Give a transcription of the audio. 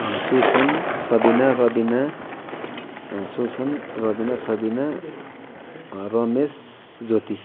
Sushant Sabina Ravina Sushant Ravina Sabina Ramesh Jyoti